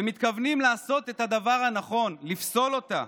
ומתכוונים לעשות את הדבר הנכון, לפסול אותה.